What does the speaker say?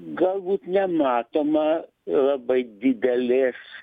galbūt nematoma labai didelės